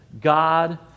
God